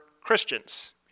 Christians